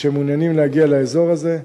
שמעוניינים להגיע לאזור הזה.